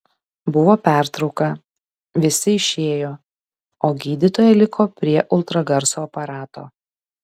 buvo pertrauka visi išėjo o gydytoja liko prie ultragarso aparato